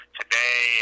today